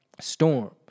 storm